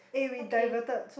okay